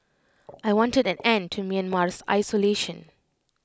I wanted an end to Myanmar's isolation